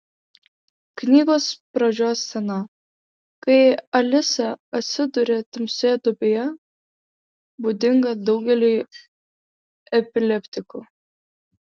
knygos pradžios scena kai alisa atsiduria tamsioje duobėje būdinga daugeliui epileptikų